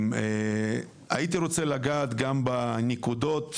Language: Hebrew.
הייתי רוצה להעלות כמה נקודות,